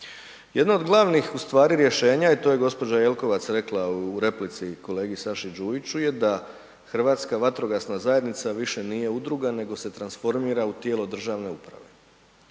Jedna od glavnih ustvari rješenja, to je gospođa Jelkovac rekla u replici kolegi Saši Đujiću je da Hrvatska vatrogasna zajednica više nije udruga nego se transformira u tijelo državne uprave.